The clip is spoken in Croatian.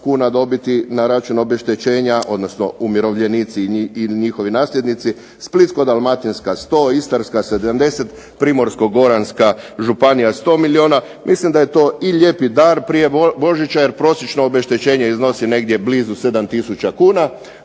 kuna dobiti na račun obeštećenja, odnosno umirovljenici i njihovi nasljednici, Splitsko-dalmatinska 100, Istarska 70, Primorsko-goranska županija 100 milijuna. Mislim da je to i lijepi dar prije Božića jer prosječno obeštećenje iznosi negdje blizu 7 tisuća